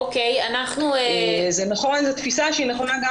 זה תפיסה שנכונה גם